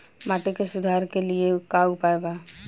माटी के सुधार के लिए का उपाय बा?